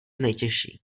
nejtěžší